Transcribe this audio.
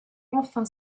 enfin